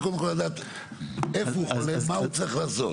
זה קודם כל לדעת איפה הוא חולה ומה הוא צריך לעשות.